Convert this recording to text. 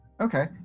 okay